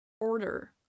order